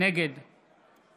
נגד